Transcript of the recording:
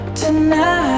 tonight